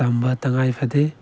ꯇꯝꯕ ꯇꯉꯥꯏ ꯐꯗꯦ